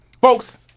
folks